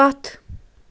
پتھ